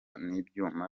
n’ibyuma